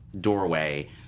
doorway